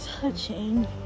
touching